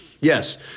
Yes